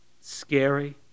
scary